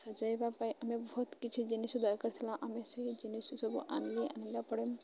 ସଜାଇବା ପାଇଁ ଆମେ ବହୁତ କିଛି ଜିନିଷ ଦରକାର ଥିଲା ଆମେ ସେଇ ଜିନିଷ ସବୁ ଆଣିଲି ଆଣିଲା ପରେ